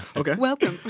ok. welcome